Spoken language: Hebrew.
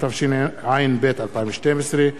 התשע"ב 2012,